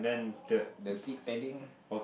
look does he padding